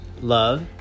love